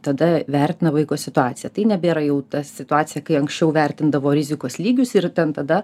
tada vertina vaiko situaciją tai nebėra jau ta situacija kai anksčiau vertindavo rizikos lygius ir ten tada